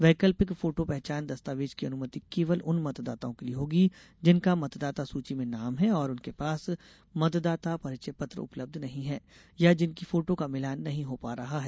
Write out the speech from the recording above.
वैकल्पिक फोटो पहचान दस्तावेज की अनुमति केवल उन मतदाताओं के लिए होगी जिनका मतदाता सूची में नाम है और उनके पास मतदाता परिचय पत्र उपलब्ध नहीं है या जिनकी फोटो का मिलान नहीं हो पा रहा है